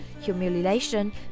humiliation